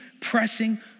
pressing